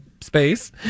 space